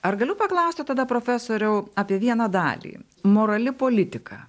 ar galiu paklausti tada profesoriau apie vieną dalį morali politika